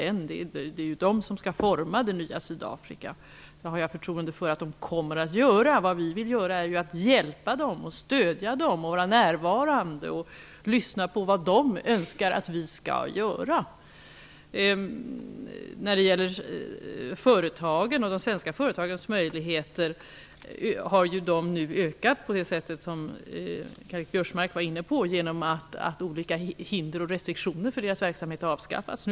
Det är ju de som skall forma det nya Sydafrika. Jag har förtroende för att de kommer att göra det. Vad vi vill är att hjälpa och stödja dem, vara närvarande och lyssna på vad de önskar att vi skall göra. När det gäller de svenska företagens möjligheter, har de nu ökat, på det sätt som Karl-Göran Biörsmark var inne på, genom att olika hinder och restriktioner för deras verksamhet har avskaffats.